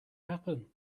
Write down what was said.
happen